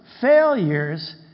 failures